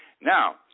Now